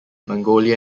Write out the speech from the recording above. mongolia